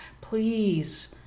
please